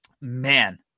man